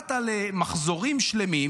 קראת למחזורים שלמים,